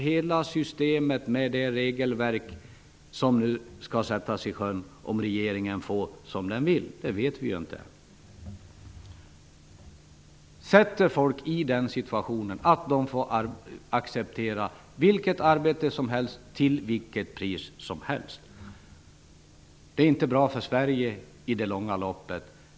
Hela systemet med det regelverk som nu skall sättas i sjön om regeringen får som den vill -- det vet vi ju inte än -- sätter folk i den situationen att de får acceptera vilket arbete som helst till vilket pris som helst. Det är inte bra för Sverige i det långa loppet.